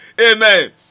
Amen